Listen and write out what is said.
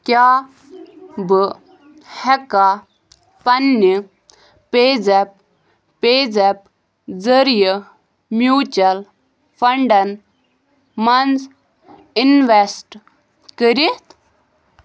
کیٛاہ بہٕ ہٮ۪کا پنٛنہِ پے زیپ پے زیپ ذٔریعہٕ میوٗچل فنڈَن منٛز اِنویسٹ کٔرِتھ